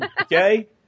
Okay